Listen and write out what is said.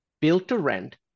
built-to-rent